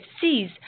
sees